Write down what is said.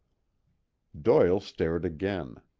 doyle stared again.